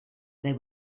they